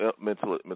mental